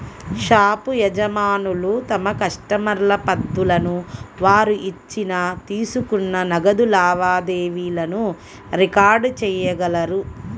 shop యజమానులు తమ కస్టమర్ల పద్దులను, వారు ఇచ్చిన, తీసుకున్న నగదు లావాదేవీలను రికార్డ్ చేయగలరు